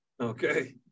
Okay